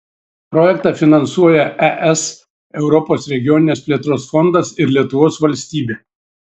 projektą finansuoja es europos regioninės plėtros fondas ir lietuvos valstybė